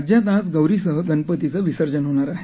राज्यात आज गौरीसह गणपतीचं विसर्जन होणार आहे